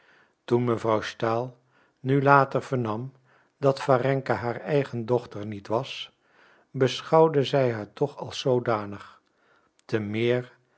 toen mevrouw stahl nu later vernam dat warenka haar eigen dochter niet was beschouwde zij haar toch als zoodanig te meer